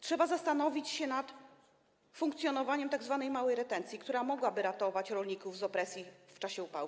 Trzeba zastanowić się nad funkcjonowaniem tzw. małej retencji, która mogłaby ratować rolników z opresji w czasie upałów.